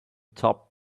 topped